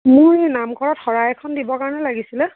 মোৰ নামঘৰত শৰাই এখন দিব কাৰণে লাগিছিলে